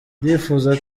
ndifuza